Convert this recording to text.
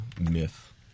myth